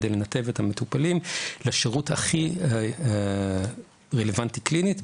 כדי לנתב את המטופלים לשירות הכי רלוונטי קלינית,